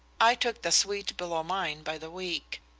i took the suite below mine by the week.